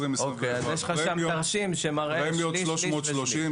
יש שם תרשים שמראה שליש-שליש-שליש.